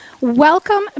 welcome